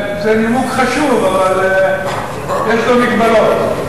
זה נימוק חשוב, אבל יש לו מגבלות.